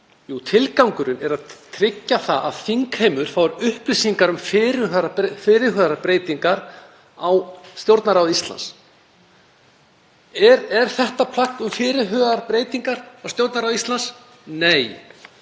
Jú, tilgangurinn er að tryggja að þingheimur fái upplýsingar um fyrirhugaðar breytingar á Stjórnarráði Íslands. Er þetta plagg um fyrirhugaðar breytingar á Stjórnarráði Íslands? Nei.